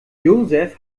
josef